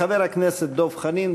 חבר הכנסת דב חנין,